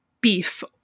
beef